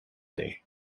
day